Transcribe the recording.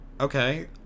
Okay